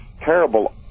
terrible